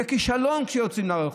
זה כישלון כשיוצאים לרחוב.